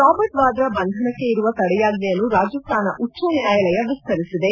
Robert Vadra ಬಂಧನಕ್ಕೆ ಇರುವ ತಡೆಯಾಜ್ಜೆಯನ್ನು ರಾಜಸ್ತಾನ ಉಚ್ಚನ್ಯಾಯಾಲಯ ವಿಸ್ತರಿಸಿದೆ